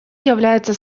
является